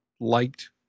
liked